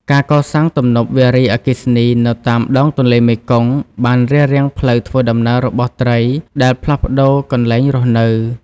ការកសាង ទំនប់វារីអគ្គិសនី នៅតាមដងទន្លេមេគង្គបានរារាំងផ្លូវធ្វើដំណើររបស់ត្រីដែលផ្លាស់ប្តូរកន្លែងរស់នៅ។